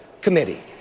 committee